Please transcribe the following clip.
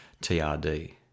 TRD